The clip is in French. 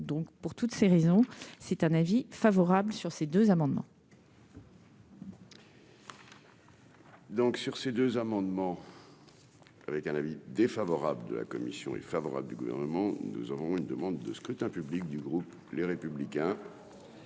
donc pour toutes ces raisons, c'est un avis favorable sur ces deux amendements. Donc sur ces deux amendements avec un avis défavorable de la commission est favorable du gouvernement, nous avons une demande de scrutin public du groupe, les républicains.